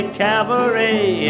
cavalry